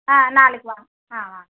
ஆ நாளைக்கு வாங்க ஆ வாங்க